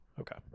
Okay